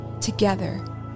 Together